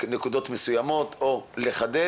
הנושא מוכר לך ואתה כואב את הנושא הזה.